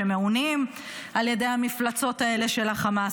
שמעונים על ידי המפלצות האלה של החמאס?